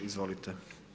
Izvolite.